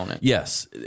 Yes